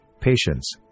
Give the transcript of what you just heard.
patience